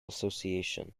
association